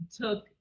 took